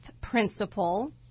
principle